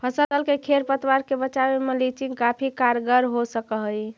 फसल के खेर पतवार से बचावे में मल्चिंग काफी कारगर हो सकऽ हई